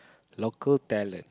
local talent